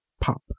Pop